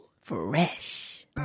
Fresh